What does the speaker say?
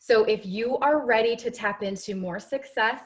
so if you are ready to tap into more success